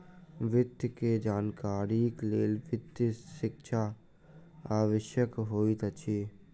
वित्त के जानकारीक लेल वित्तीय शिक्षा आवश्यक होइत अछि